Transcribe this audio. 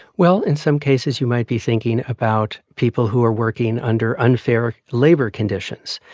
well, in some cases, you might be thinking about people who are working under unfair labor conditions.